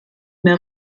mehr